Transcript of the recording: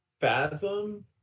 Fathom